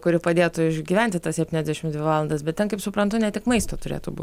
kuri padėtų išgyventi tas septyniasdešimt dvi valandas bet ten kaip suprantu ne tik maisto turėtų būt